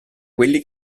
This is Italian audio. quelli